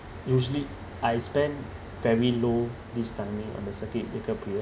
usually I spend very low this timing on the circuit breaker period